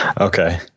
Okay